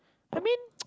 I mean